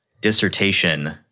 dissertation